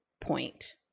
point